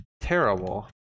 terrible